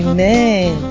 Amen